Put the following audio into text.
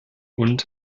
und